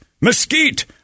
mesquite